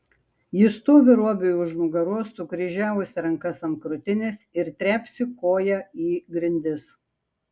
ji stovi robiui už nugaros sukryžiavusi rankas ant krūtinės ir trepsi koja į grindis